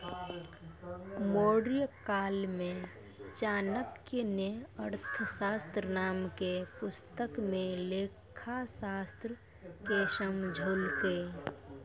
मौर्यकाल मे चाणक्य ने अर्थशास्त्र नाम के पुस्तक मे लेखाशास्त्र के समझैलकै